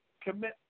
commit